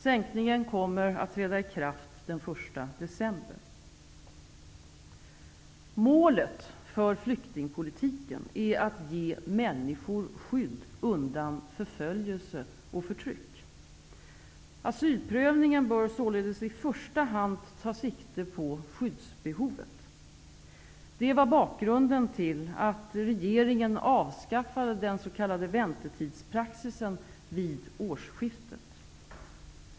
Sänkningen kommer att träda i kraft den 1 december. Målet för flyktingpolitiken är att ge människor skydd undan förföljelse och förtryck. Asylprövningen bör således i första hand ta sikte på skyddsbehovet. Det var bakgrunden till att regeringen avskaffade den s.k. väntetidspraxisen vid årsskiftet.